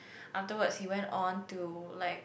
afterwards he went on to like